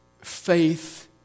faith